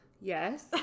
Yes